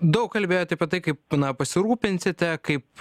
daug kalbėjot apie tai kaip na pasirūpinsite kaip